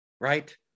Right